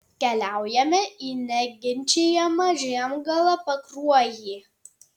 keliaujame į neginčijamą žiemgalą pakruojį